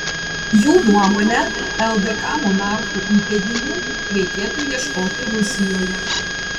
jų nuomone ldk monarchų įpėdinių reikėtų ieškoti rusijoje